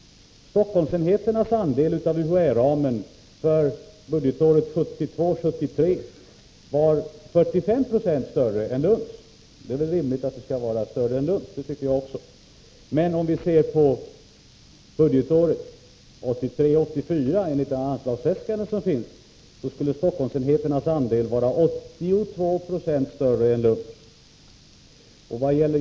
Stockholmsenheternas andel av UHÄ ramen för budgetåret 1972 84 är deras andel enligt de anslagsäskanden som lämnats 82 96 större.